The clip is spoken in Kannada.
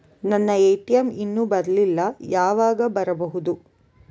ನನ್ನ ಎ.ಟಿ.ಎಂ ಇನ್ನು ಬರಲಿಲ್ಲ, ಯಾವಾಗ ಬರಬಹುದು?